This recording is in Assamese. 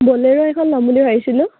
ব'লেৰো এখন ল'ম বুলি ভাবিছিলোঁ